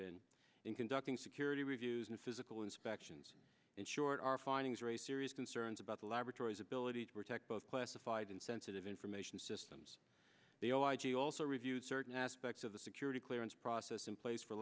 been in conducting security reviews and physical inspections in short our findings raise serious concerns about the laboratories ability to protect both classified and sensitive information systems they all i g also reviewed certain aspects of the security clearance process in place for